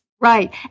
Right